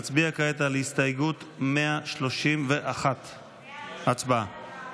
נצביע כעת על הסתייגות 131. הצבעה.